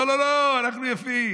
לא, לא, לא, אנחנו יפים.